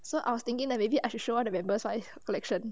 so I was thinking that maybe I should show one of the members my collection